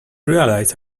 realized